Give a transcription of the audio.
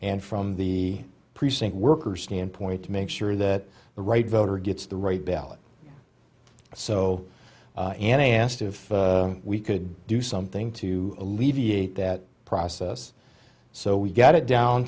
and from the precinct workers standpoint to make sure that the right voter gets the right ballot so and i asked if we could do something to alleviate that process so we got it down